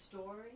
story